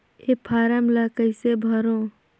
ये फारम ला कइसे भरो?